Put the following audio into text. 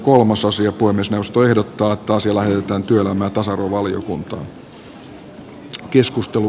puhemiesneuvosto ehdottaa että asia lähetetään työelämä ja tasa arvovaliokuntaan